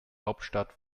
hauptstadt